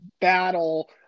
battle –